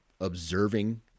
observing